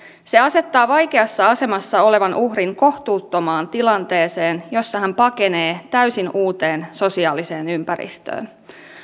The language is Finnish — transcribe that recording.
se asettaa vaikeassa asemassa olevan uhrin kohtuuttomaan tilanteeseen jossa hän pakenee täysin uuteen sosiaaliseen ympäristöön